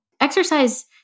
Exercise